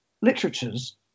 literatures